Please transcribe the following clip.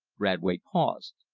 radway paused.